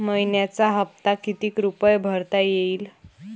मइन्याचा हप्ता कितीक रुपये भरता येईल?